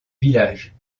village